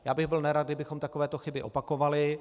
Já bych byl nerad, kdybychom takovéto chyby opakovali.